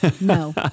no